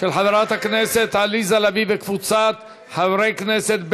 של חברת הכנסת עליזה לביא וקבוצת חברי הכנסת,